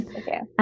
okay